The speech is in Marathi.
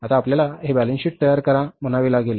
आता आपल्याला हे बॅलन्स शीट तयार करा म्हणावे लागेल